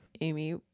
amy